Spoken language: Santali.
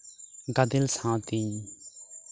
ᱜᱟᱫᱮᱞ ᱥᱟᱶᱛᱤᱧ